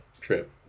trip